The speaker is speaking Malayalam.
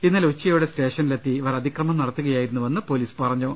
ഇന്നലെ ഉച്ചയോടെ സ്റ്റേഷനിലെത്തി ഇവർ അതിക്രമം നടത്തുകയായിരുന്നുവെന്ന് പൊലീസ് പറഞ്ഞു